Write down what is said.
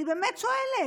אני באמת שואלת.